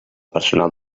personal